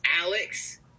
Alex